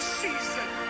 season